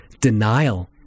denial